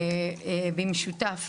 שמשותף,